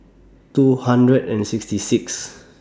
two hundred and sixty six